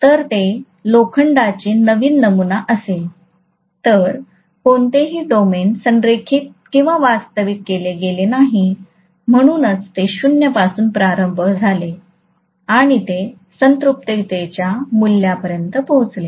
जर ते लोखंडाचे नवीन नमुना असेल तर कोणतेही डोमेन संरेखित किंवा वास्तविक केले गेले नाही म्हणूनच ते 0 पासून प्रारंभ झाले आणि ते संपृक्ततेच्या मूल्यापर्यंत पोहोचले